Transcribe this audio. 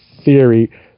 theory